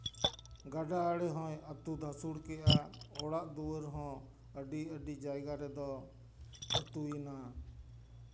ᱜᱟᱰᱟ ᱟᱬᱮ ᱦᱚᱸᱭ ᱟᱹᱛᱩ ᱫᱷᱟᱹᱥᱩᱲ ᱠᱮᱜᱼᱟ ᱚᱲᱟᱜ ᱫᱩᱣᱟᱹᱨ ᱦᱚᱸ ᱟᱹᱰᱤ ᱟᱹᱰᱤ ᱡᱟᱭᱜᱟ ᱨᱮᱫᱚ ᱟᱹᱛᱩᱭᱮᱱᱟ